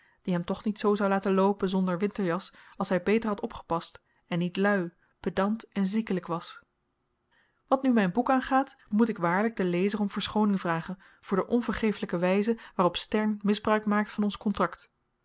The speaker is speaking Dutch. die hem toch niet zoo zou laten loopen zonder winterjas als hy beter had opgepast en niet lui pedant en ziekelyk was wat nu myn boek aangaat moet ik waarlyk den lezer om verschooning vragen voor de onvergeeflyke wyze waarop stern misbruik maakt van ons kontrakt